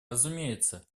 разумеется